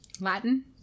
Latin